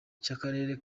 cy’akarere